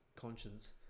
conscience